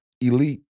elite